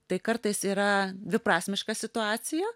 tai kartais yra dviprasmiška situacija